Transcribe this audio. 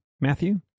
Matthew